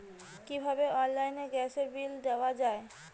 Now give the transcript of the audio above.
কিভাবে অনলাইনে গ্যাসের বিল দেওয়া যায়?